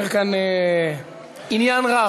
אתה מעורר כאן עניין רב.